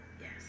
Yes